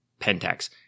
Pentax